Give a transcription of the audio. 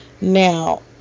now